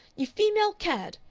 you female cad!